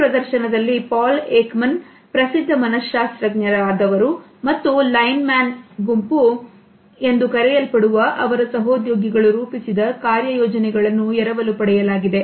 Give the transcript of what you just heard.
ಈ ಪ್ರದರ್ಶನದಲ್ಲಿ Paul Ekman ಪ್ರಸಿದ್ಧ ಮನಶಾಸ್ತ್ರಜ್ಞ ಮತ್ತು ಲೈನ್ ಮ್ಯಾನ್ ಗುಂಪು ಎಂದು ಕರೆಯಲ್ಪಡುವ ಅವರ ಸಹೋದ್ಯೋಗಿಗಳು ರೂಪಿಸಿದ ಕಾರ್ಯ ಯೋಜನೆಗಳನ್ನು ಎರವಲು ಪಡೆದಿದ್ದಾರೆ